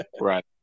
Right